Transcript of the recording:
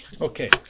Okay